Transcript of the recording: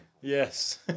Yes